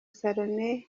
salome